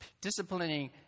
disciplining